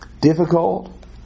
Difficult